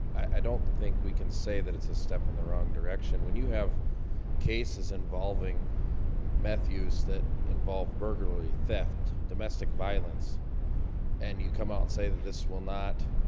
i don't think we can say that it's a step in the wrong direction when you have cases involving meth use that involve burglary theft domestic violence and you come out and say that this will not